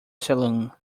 saloon